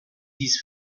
dies